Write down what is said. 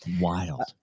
Wild